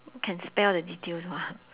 can spell the details [what]